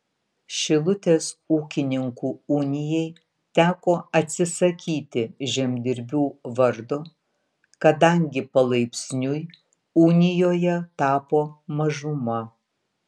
šilutės ūkininkų unijai teko atsisakyti žemdirbių vardo kadangi palaipsniui unijoje tapo mažuma